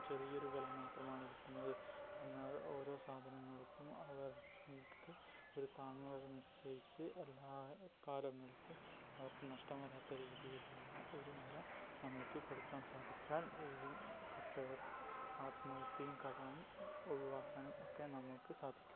ചെറിയ ഒരു വില മാത്രമാണ് കിട്ടുന്നത് എന്നാൽ ഓരോ സാധനങ്ങൾക്കും അവർക്ക് ഒരു താങ്ങു വില നിശ്ചയിച്ചു എല്ലാ കാലങ്ങൾക്കും അവർക്ക് നഷ്ടം വരാത്ത രീതിയിലുള്ള ഒരു വില നമ്മൾക്ക് കൊടുക്കാൻ സാധിച്ചാൽ ഈ കർഷകർ ആത്മഹത്യയും കടവും ഒഴിവാക്കാനും ഒക്കെ നമുക്ക് സാധിക്കും